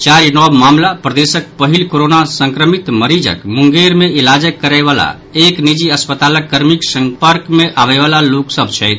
चारि नव मामिला प्रदेशक पहिल कोरोना संक्रमित मरीजक मुंगेर मे इलाज करयवला एक निजी अस्पतालक कर्मीक सम्पर्क मे आबयवला लोक सभ छथि